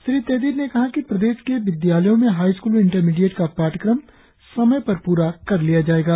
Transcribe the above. श्री तेदिर ने कहा कि प्रदेश के विद्यालयों में हाई स्कूल और इंटरमीडिएट का पाठ्यक्रम समय पर प्रा कर लिया जाएगा